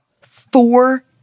Four